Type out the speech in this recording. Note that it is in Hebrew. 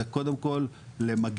זה קודם כל למגן,